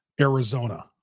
Arizona